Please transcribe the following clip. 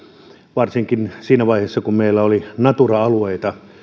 varsinkin siinä vaiheessa kun meillä natura alueita